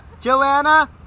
Joanna